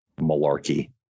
malarkey